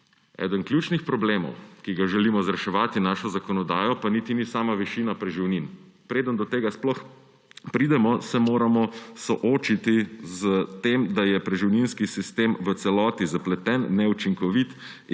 Eden ključnih problemov, ki ga želimo reševati z našo zakonodajo, pa niti ni sama višina preživnin. Preden do tega sploh pridemo, se moramo soočiti s tem, da je preživninski sistem v celoti zapleten, neučinkovit